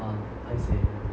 oh I see